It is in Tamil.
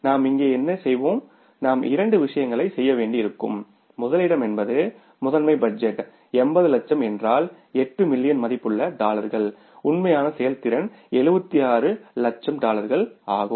எனவே நாம் இங்கே என்ன செய்வோம் நாம் இரண்டு விஷயங்களைச் செய்ய வேண்டியிருக்கும் முதலிடம் என்பது மாஸ்டர் பட்ஜெட் 80 லட்சம் என்றால் 8 மில்லியன் மதிப்புள்ள டாலர்கள் உண்மையான செயல்திறன் 76 லட்சம் டாலர்கள் ஆகும்